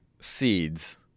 seeds